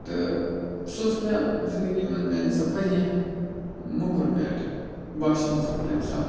تہٕ سُہ اوس مےٚ زِندگی منٛز میانہِ حساب واریاہ مُکُر پیٚنٛٹ باسیٚو مےٚ سُہ تمہِ ساتہٕ